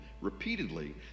repeatedly